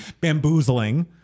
bamboozling